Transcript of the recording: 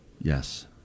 yes